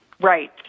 Right